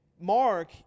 mark